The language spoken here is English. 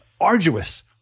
arduous